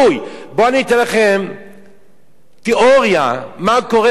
בואו אני אתן לכם תיאוריה מה קורה מחר,